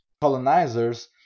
colonizers